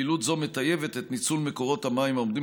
פעילות זו מטייבת את ניצול מקורות המים העומדים